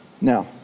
Now